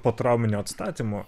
potrauminio atstatymo